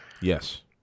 Yes